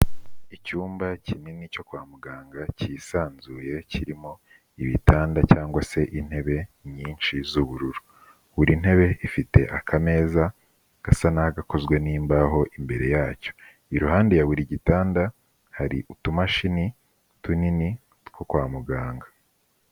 Icyumba kinini cyo kwa muganga cyisanzuye kirimo ibitanda cyangwa se intebe nyinshi z'ubururu, buri ntebe ifite aka meza gasa n'agakozwe n'imbaho imbere yacyo, iruhande ya buri gitanda hari utumashini tunini two kwa muganga.